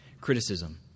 criticism